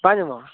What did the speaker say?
ᱵᱟᱝ ᱧᱟᱢᱚᱜᱼᱟ